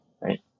Right